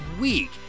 week